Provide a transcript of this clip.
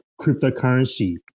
cryptocurrency